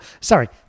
sorry